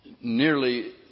nearly